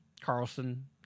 Carlson